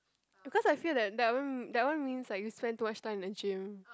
because I feel that that one that one means that you spend too much time in gym